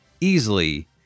easily